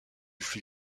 flux